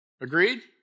Agreed